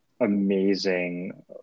amazing